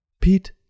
Pete